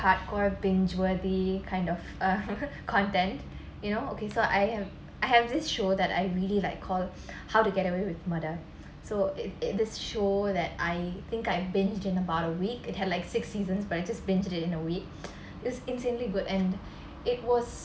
hardcore binge worthy kind of uh content you know okay so I have I have this show that I really like called how to get away with murder so if it the show that I think I binged in about a week it had like six seasons but I just binged it in a week it's insanely good and it was